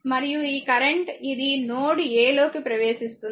మరియు ఈ కరెంట్ ఇది నోడ్ a లోకి ప్రవేశిస్తుంది